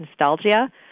nostalgia